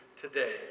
today